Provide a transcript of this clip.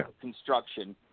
construction